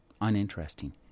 uninteresting